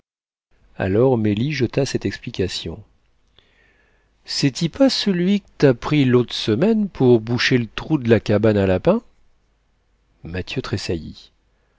alors mélie jeta cette explication c'est-y pas celui qu't'as pris l'autre semaine pour boucher l'trou d'la cabine à lapins mathieu